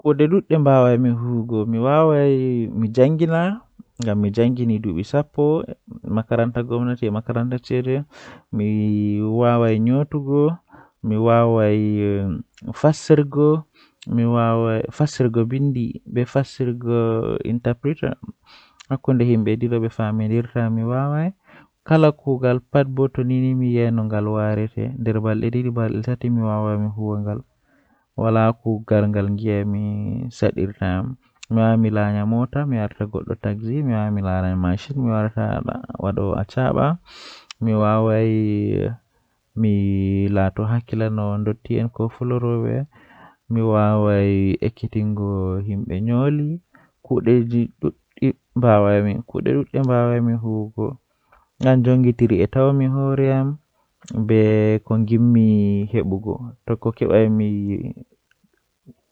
Lewru jei mi burdaa yiduki kanjum woni lewru jei arandewol haa nduubu kanjum be wiyata janwari ko wadi bo lewru nai kanjum be danyi amkanjum on seyo malla nyalande lewru be danyi am den don wela mi masin.